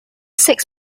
six